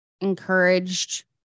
encouraged